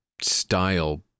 style